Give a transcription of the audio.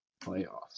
playoffs